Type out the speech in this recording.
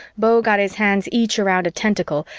beau got his hands each around a tentacle,